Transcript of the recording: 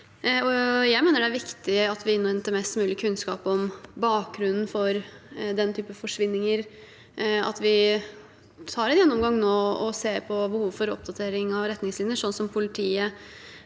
Jeg mener det er viktig at vi innhenter mest mulig kunnskap om bakgrunnen for den type forsvinninger, at vi tar en gjennomgang nå og ser på behovet for oppdatering av retningslinjer, sånn som f.eks.